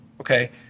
Okay